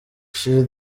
she